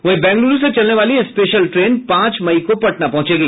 वहीं बेंगलुरू से चलने वाली स्पेशल ट्रेन पांच मई को पटना पहुंचेगी